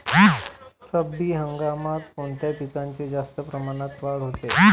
रब्बी हंगामात कोणत्या पिकांची जास्त प्रमाणात वाढ होते?